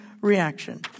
reaction